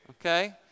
okay